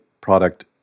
product